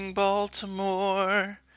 Baltimore